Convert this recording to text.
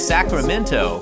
Sacramento